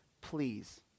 please